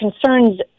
concerns